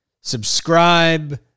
subscribe